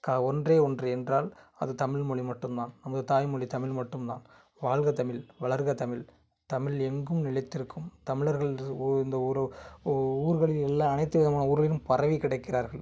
க ஒன்றே ஒன்று என்றால் அது தமிழ் மொழி மட்டும் தான் நமது தாய் மொழி தமிழ் மட்டும் தான் வால்க தமிழ் வளர்க தமிழ் தமிழ் எங்கும் நிலைத்திருக்கும் தமிழர்கள்ன்ற ஒ இந்த ஒரு ஊர்களில் உள்ள அனைத்து விதமான ஊர்களிலும் பரவி கிடக்கிறார்கள்